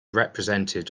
represented